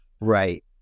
Right